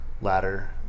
ladder